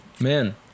Man